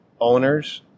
owner's